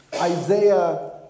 Isaiah